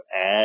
add